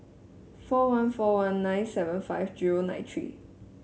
four one four one nine seven five zero nine three